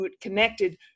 connected